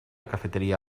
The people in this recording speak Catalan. cafeteria